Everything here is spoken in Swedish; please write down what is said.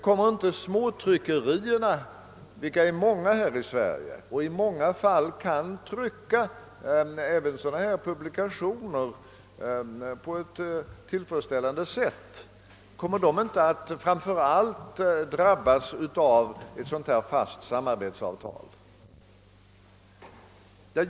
Kommer inte framför allt småtryckerierna, som är många här i Sverige och som på ett tillfredsställande sätt kan trycka även sådana publikationer som det nu är fråga om, att drabbas av ett fast samarbetsavtal?